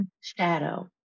Shadow